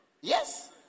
Yes